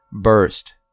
burst